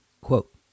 Quote